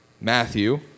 Matthew